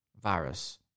virus